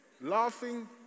laughing